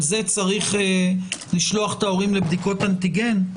על זה צריך לשלוח את ההורים לבדיקות אנטיגן?